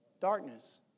darkness